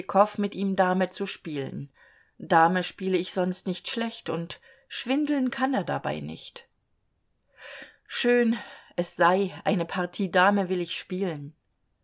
tschitschikow mit ihm dame zu spielen dame spiele ich sonst nicht schlecht und schwindeln kann er dabei nicht schön es sei eine partie dame will ich spielen